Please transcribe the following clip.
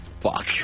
fuck